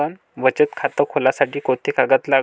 बचत खात खोलासाठी कोंते कागद लागन?